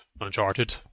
Uncharted